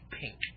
pink